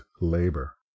labor